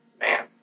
Man